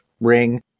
ring